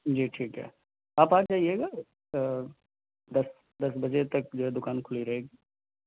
جی ٹھیک ہے آپ آ جائیے گا دَس دَس بجے تک جو ہے دُکان کُھلی رہے گی